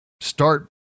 start